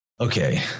Okay